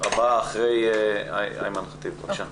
חברת הכנסת אימאן, בבקשה.